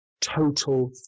total